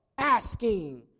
asking